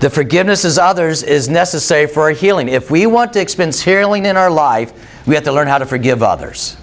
the forgiveness as others is necessary for healing if we want to expense here lying in our life we have to learn how to forgive others